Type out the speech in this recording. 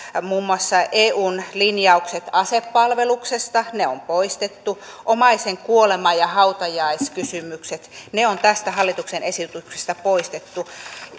muun muassa eun linjaukset asepalveluksesta on poistettu omaisen kuolema ja hautajaiskysymykset on tästä hallituksen esityksestä poistettu